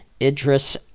Idris